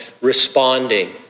responding